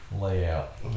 Layout